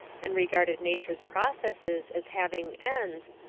and regarded nature's processes as having ends,